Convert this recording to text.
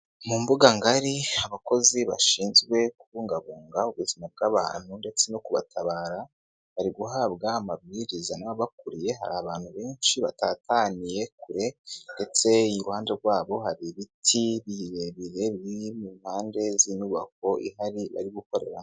Mu mbuga ngari, abakozi bashinzwe kubungabunga ubuzima bw'abantu ndetse no kubatabara bari guhabwa amabwiriza n'abakuriye, hari abantu benshi batataniye kure ndetse iruhande rwabo hari ibiti birebire biri mu mpande z'inyubako ihari bari gukoreramo.